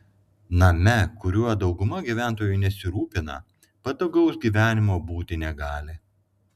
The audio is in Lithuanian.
name kuriuo dauguma gyventojų nesirūpina patogaus gyvenimo būti negali